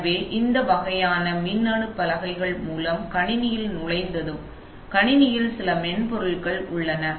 எனவே இந்த வகையான மின்னணு பலகைகள் மூலம் கணினியில் நுழைந்ததும் கணினியில் சில மென்பொருள்கள் உள்ளன